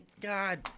God